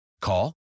Call